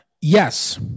Yes